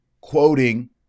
quoting